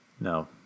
no